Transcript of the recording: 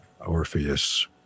Orpheus